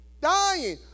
dying